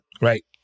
Right